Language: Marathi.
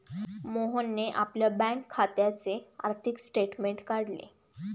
मोहनने आपल्या बँक खात्याचे आर्थिक स्टेटमेंट काढले